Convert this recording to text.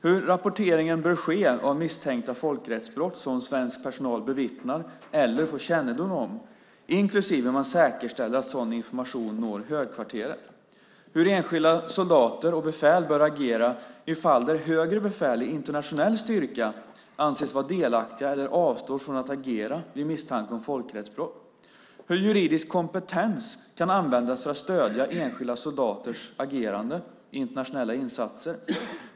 Hur rapporteringen bör ske av misstänkta folkrättsbrott som svensk personal bevittnar eller får kännedom om, inklusive att säkerställa att sådan information når Högkvarteret. Hur enskilda soldater och befäl bör agera i fall där högre befäl i internationell styrka anses vara delaktiga eller avstår från att agera vid misstanke om folkrättsbrott. Hur juridisk kompetens kan användas för att stödja enskilda soldaters agerande i internationella insatser.